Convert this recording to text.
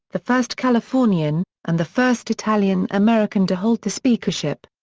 the first californian, and the first italian-american to hold the speakership.